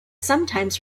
sometimes